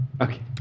Okay